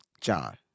John